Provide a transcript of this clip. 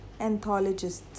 anthologists